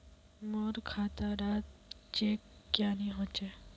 मोर खाता डा चेक क्यानी होचए?